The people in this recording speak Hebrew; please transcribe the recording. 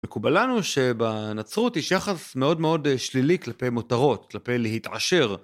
מקובלנו שבנצרות יש יחס מאוד מאוד שלילי כלפי מותרות, כלפי להתעשר.